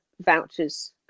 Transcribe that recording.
vouchers